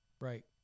Right